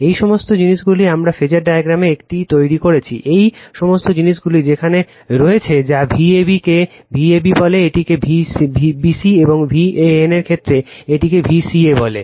এই সমস্ত জিনিসগুলি আমরা ফেজার ডায়াগ্রামে এটি তৈরি করেছি এই সমস্ত জিনিসগুলি সেখানে রয়েছে যা Vab কে Vab বলে এটিকে Vbc এবং Van এর ক্ষেত্রে এটিকে Vca বলে